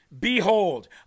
Behold